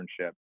internship